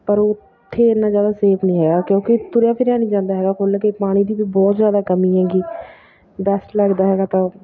ਪਰ ਉਹ ਉੱਥੇ ਇੰਨਾ ਜ਼ਿਆਦਾ ਸੇਫ ਨਹੀਂ ਹੈਗਾ ਕਿਉਂਕਿ ਤੁਰਿਆ ਫਿਰਿਆ ਨਹੀਂ ਜਾਂਦਾ ਹੈਗਾ ਖੁੱਲ੍ਹ ਕੇ ਪਾਣੀ ਦੀ ਵੀ ਬਹੁਤ ਜ਼ਿਆਦਾ ਕਮੀ ਹੈਗੀ ਬੈਸਟ ਲੱਗਦਾ ਹੈਗਾ ਤਾਂ